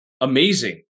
Amazing